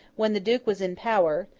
when the duke was in power,